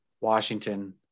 Washington